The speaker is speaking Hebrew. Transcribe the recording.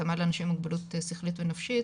התאמה לאנשים עם מוגבלות שכלית ונפשית